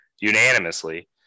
unanimously